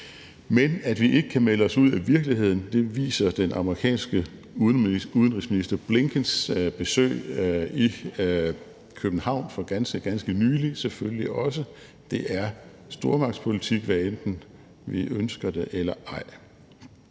Men at vi ikke kan melde os ud af virkeligheden, viser den amerikanske udenrigsminister Blinkens besøg i København for ganske, ganske nylig selvfølgelig også. Det er stormagtspolitik, hvad enten vi ønsker det eller ej.